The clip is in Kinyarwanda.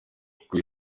kuko